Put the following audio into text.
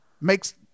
makes